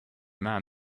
man